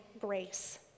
grace